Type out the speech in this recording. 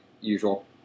usual